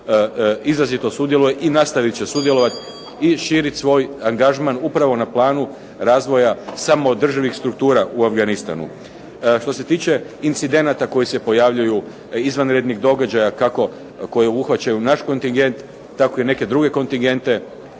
izrazito sudjeluje i nastavit će sudjelovati i širiti svoj angažman upravo na planu razvoja samoodrživih struktura u Afganistanu. Što se tiče incidenata koji se pojavljuju, izvanrednih događaja koji obuhvaćaju naš kontingent tako i neke druge kontingente